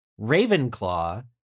Ravenclaw